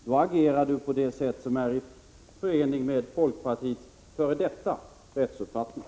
Då agerar hon på ett sätt som är förenligt med folkpartiets före detta rättsuppfattning.